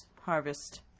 Harvest